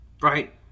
Right